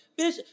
bitch